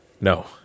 no